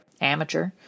amateur